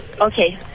Okay